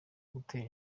dutera